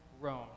Rome